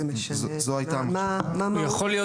מהי מהות